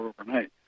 overnight